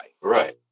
Right